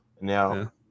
Now